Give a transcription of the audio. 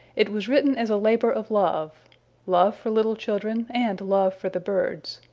it was written as a labor of love love for little children and love for the birds.